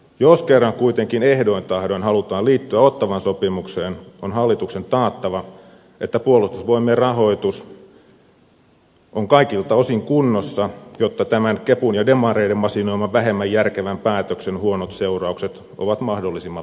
jos kerran kuitenkin ehdoin tahdoin halutaan liittyä ottawan sopimukseen on hallituksen taattava että puolustusvoimien rahoitus on kaikilta osin kunnossa jotta tämän kepun ja demareiden masinoiman vähemmän järkevän päätöksen huonot seuraukset ovat mahdollisimman vähäiset